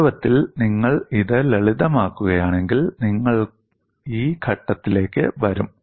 വാസ്തവത്തിൽ നിങ്ങൾ ഇത് ലളിതമാക്കുകയാണെങ്കിൽ നിങ്ങൾ ഈ ഘട്ടത്തിലേക്ക് വരും